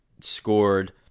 scored